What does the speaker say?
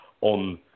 on